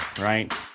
right